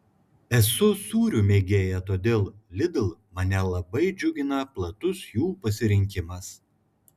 esu sūrių mėgėja todėl lidl mane labai džiugina platus jų pasirinkimas